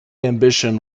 ambition